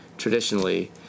Traditionally